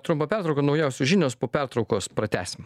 trumpą pertrauką naujausios žinios po pertraukos pratęsim